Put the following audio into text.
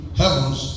heavens